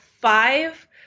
five